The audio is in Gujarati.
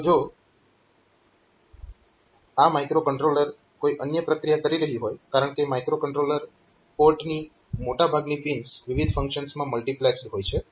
તો જો આ માઇક્રોકન્ટ્રોલર કોઈ અન્ય પ્રક્રિયા કરી રહ્યું હોય કારણકે માઇક્રોકન્ટ્રોલર પોર્ટની મોટા ભાગની પિન્સ વિવિધ ફંક્શન્સમાં મલ્ટીપ્લેક્સડ હોય છે